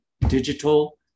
digital